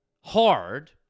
hard